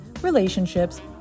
relationships